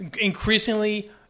increasingly